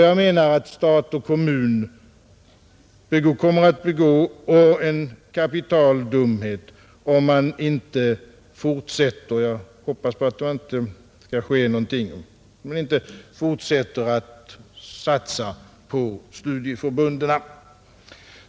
Jag menar att stat och kommun kommer att begå en kapital dumhet — jag hoppas att det inte kommer att ske — om man inte fortsätter att satsa på studieförbunden.